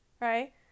right